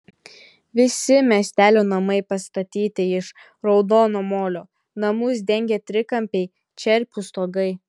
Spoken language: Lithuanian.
visi miestelio namai pastatyti iš raudono molio namus dengia trikampiai čerpių stogai